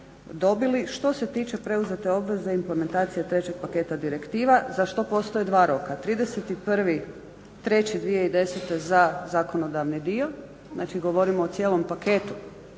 dobili što se tiče preuzete obveze implementacije trećeg paketa direktiva za što postoje dva roka 31.3.2010.za zakonodavni dio, znači govorim o cijelom paketu